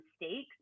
mistakes